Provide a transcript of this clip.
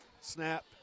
snap